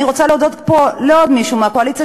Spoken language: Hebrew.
אני רוצה להודות פה לעוד מישהו מהקואליציה,